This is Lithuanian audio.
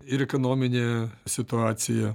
ir ekonominė situacija